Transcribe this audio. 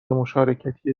مشارکتی